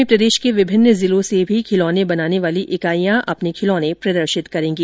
मेले में प्रदेश के विभिन्न जिलों से भी खिलौने बनाने वाली इकाइयां अपने खिलौने प्रदर्शित करेंगी